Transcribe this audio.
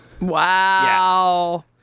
wow